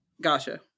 gotcha